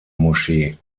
moschee